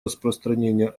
распространения